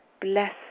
bless